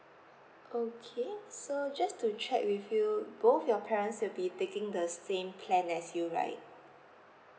okay so just to check with you both your parents will be taking the same plan as you right